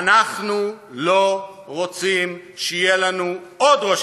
אנחנו לא רוצים שיהיה לנו עוד ראש